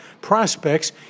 prospects